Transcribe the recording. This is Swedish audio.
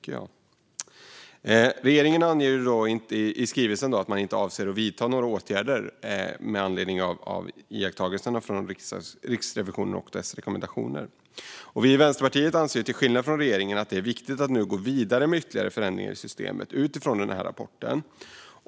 Regeringen anger i skrivelsen att den inte avser att vidta några åtgärder med anledning av Riksrevisionens iakttagelser och rekommendationer. Vi i Vänsterpartiet anser, till skillnad från regeringen, att det är viktigt att nu gå vidare med ytterligare förändringar i systemet utifrån rapporten.